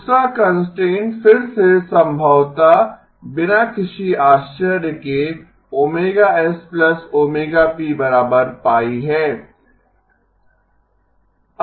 दूसरा कंस्ट्रेंट फिर से संभवतः बिना किसी आश्चर्य के ωsωpπ है